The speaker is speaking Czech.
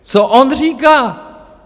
Co on říká?